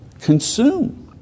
consume